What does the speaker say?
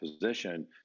position